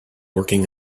working